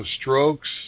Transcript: strokes